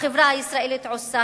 החברה הישראלית עושה,